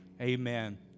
Amen